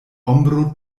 ombro